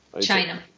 China